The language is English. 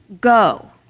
go